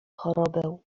chorobę